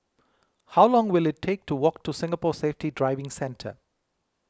how long will it take to walk to Singapore Safety Driving Centre